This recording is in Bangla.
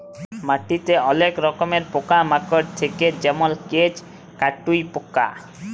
মাটিতে অলেক রকমের পকা মাকড় থাক্যে যেমল কেঁচ, কাটুই পকা